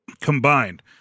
combined